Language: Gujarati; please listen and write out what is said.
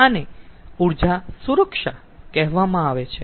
તેથી આને ઊર્જા સુરક્ષા કહેવામાં આવે છે